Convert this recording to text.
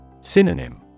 Synonym